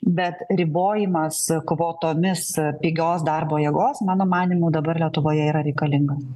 bet ribojimas kvotomis pigios darbo jėgos mano manymu dabar lietuvoje yra reikalingas